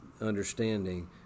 understanding